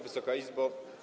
Wysoka Izbo!